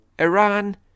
Iran